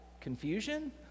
confusion